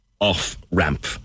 off-ramp